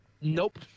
Nope